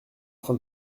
train